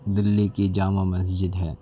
دہلی کی جامع مسجد ہے